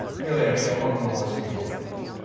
really, i mean among the worst people on earth.